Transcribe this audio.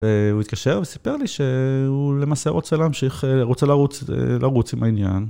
והוא התקשר וסיפר לי שהוא למעשה רוצה להמשיך, רוצה לרוץ עם העניין.